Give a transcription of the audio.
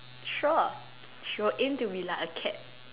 sure she will aim to be like a cat